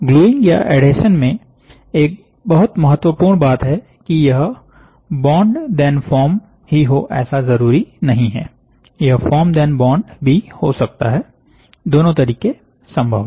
gluing या adhesion में एक बहुत महत्वपूर्ण बात है कि यह बॉन्ड धेन फॉर्म ही हो ऐसा जरूरी नहीं है यह फॉर्म धेन बॉन्ड भी हो सकता हैदोनों तरीके संभव है